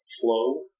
flow